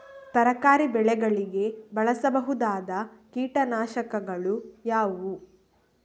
ತರಕಾರಿ ಬೆಳೆಗಳಿಗೆ ಬಳಸಬಹುದಾದ ಕೀಟನಾಶಕಗಳು ಯಾವುವು?